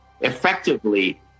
effectively